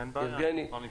אין בעיה, אני מוכן להצטרף.